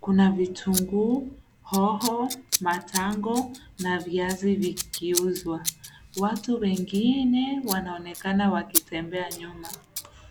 Kuna vitunguu, hoho, matango na viazi vikiuzwa. Watu wengine wanaonekana wakitembea nyumba.